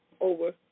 over